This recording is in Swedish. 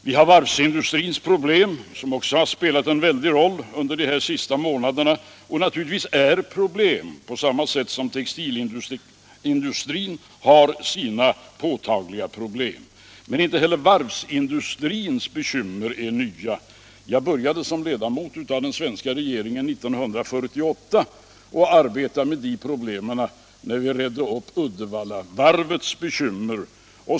Varvsindustrins problem har också spelat en väldig roll under de här senaste månaderna, och naturligtvis är de besvärliga på samma sätt som textilindustrin har sina påtagliga problem. Men inte heller varvsindustrins bekymmer är nya. Jag började som ledamot av den svenska regeringen 1948 att arbeta med de problemen när vi redde upp Uddevallavarvets bekymmer.